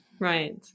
right